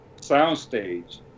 soundstage